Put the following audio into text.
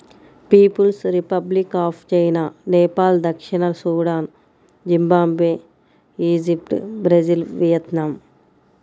peoples Republic of China, Nepal దక్షిణ Sudan, Zimbabwe, Egypt, Brazil, Vietnam